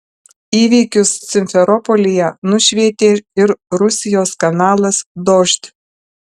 įvykius simferopolyje nušvietė ir rusijos kanalas dožd